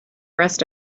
rest